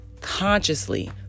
consciously